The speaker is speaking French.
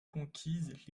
conquise